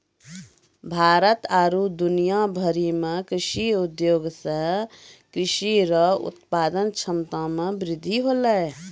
भारत आरु दुनिया भरि मे कृषि उद्योग से कृषि रो उत्पादन क्षमता मे वृद्धि होलै